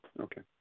okay